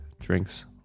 drinks